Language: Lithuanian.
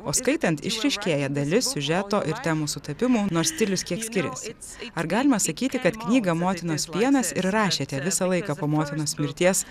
o skaitant išryškėja dalis siužeto ir temų sutapimų nors stilius kiek skiriasi ar galima sakyti kad knygą motinos pienas ir rašėte visą laiką po motinos mirties